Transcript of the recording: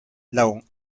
laon